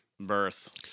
birth